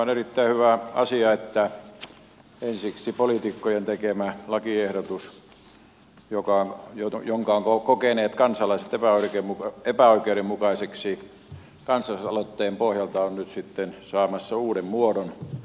on erittäin hyvä asia että ensiksi poliitikkojen tekemä lakiehdotus jonka kansalaiset ovat kokeneet epäoikeudenmukaiseksi on kansalaisaloitteen pohjalta nyt sitten saamassa uuden muodon